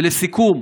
לסיכום,